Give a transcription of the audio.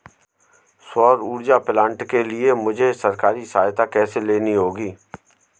सौर ऊर्जा प्लांट के लिए मुझे सरकारी सहायता कैसे लेनी होगी?